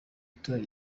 itora